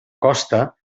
costa